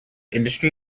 industry